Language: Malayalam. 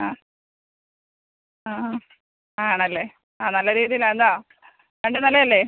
ആ ആ ആ ആണല്ലേ ആ നല്ല രീതീലെന്താണ് രണ്ടും നല്ലതല്ലേ